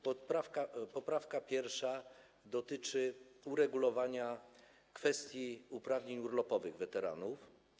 Poprawka pierwsza dotyczy uregulowania kwestii uprawnień urlopowych weteranów.